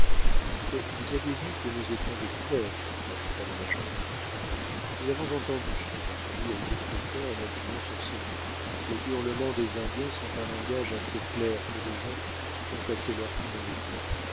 mais vous avez vu que nous étions découverts ajouta le major nous l'avons entendu répondit œil de faucon en appuyant sur ce mot les hurlements des indiens sont un langage assez clair pour des gens qui ont passé leur vie dans les bois